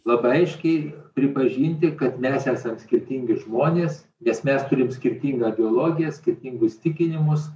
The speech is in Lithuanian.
labai aiškiai pripažinti kad mes esam skirtingi žmonės nes mes turim skirtingą biologiją skirtingus įsitikinimus